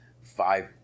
five